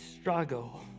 struggle